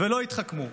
ולא יתחכמו.